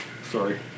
sorry